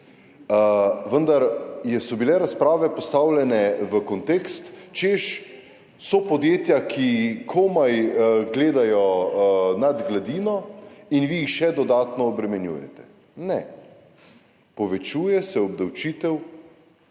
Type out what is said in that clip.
Vendar so bile razprave postavljene v kontekst, češ, so podjetja, ki komaj gledajo nad gladino in vi jih še dodatno obremenjujete. Ne. Povečuje se obdavčitev,